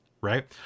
Right